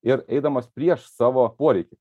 ir eidamas prieš savo poreikį